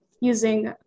using